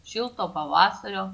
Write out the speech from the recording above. šilto pavasario